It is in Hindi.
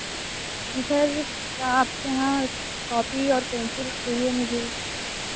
जी सर आप के यहाँ कॉपी और पेंसिल चाहिए मुझे